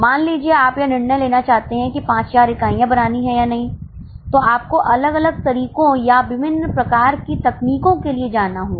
मान लीजिए आप यह निर्णय लेना चाहते हैं कि 5000 इकाइयाँ बनानी है या नहीं तो आपको अलग अलग तरीकों या विभिन्न प्रकार की तकनीकों के लिए जाना होगा